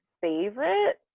favorite